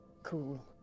Cool